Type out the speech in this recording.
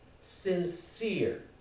sincere